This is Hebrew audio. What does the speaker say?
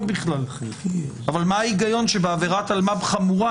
אבל מה ההיגיון שבעבירת אלמ"ב חמורה,